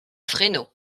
fresno